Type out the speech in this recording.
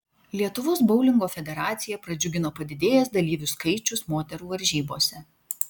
lietuvos boulingo federaciją pradžiugino padidėjęs dalyvių skaičius moterų varžybose